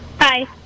hi